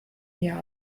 mir